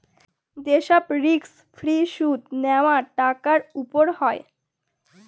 যে সব risk free সুদ নেওয়া টাকার উপর হয়